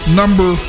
number